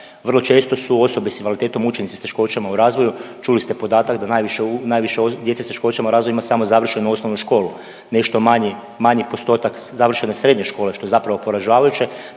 Vrlo često su osobe s invaliditetom učenici s teškoćama u razvoju, čuli ste podatak da najviše djece s teškoćama u razvoju ima samo završenu osnovnu školu, nešto manji postotak završene srednje škole što je zapravo poražavajuće